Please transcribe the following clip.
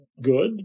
good